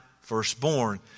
firstborn